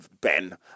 Ben